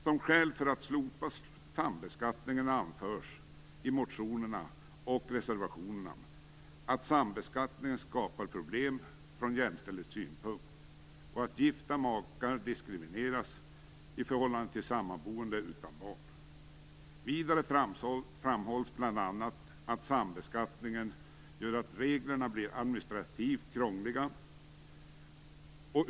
Som skäl för att slopa sambeskattningen anförs i motioner och reservationer att sambeskattning skapar problem ur jämställdhetssynpunkt och att gifta makar diskrimineras i förhållande till sammanboende utan barn. Vidare framhålls bl.a. att sambeskattningen gör att reglerna blir administrativt krångliga.